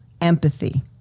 empathy